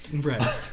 Right